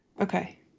Okay